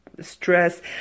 stress